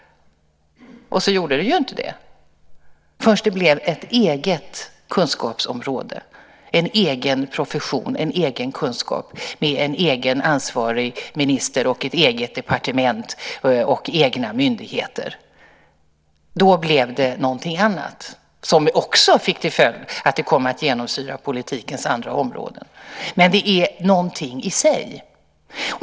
Så gjorde det inte det förrän det blev ett eget kunskapsområde, en egen profession, en egen kunskap med en egen ansvarig minister och ett eget departement och egna myndigheter. Då blev det någonting annat, som också fick till följd att det kom att genomsyra politikens andra områden. Men det är någonting i sig.